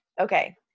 Okay